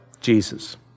Jesus